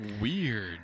Weird